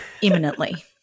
imminently